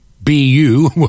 BU